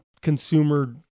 consumer